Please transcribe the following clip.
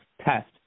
test